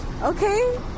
Okay